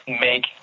make